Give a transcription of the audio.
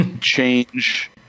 change